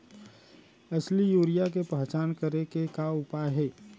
असली यूरिया के पहचान करे के का उपाय हे?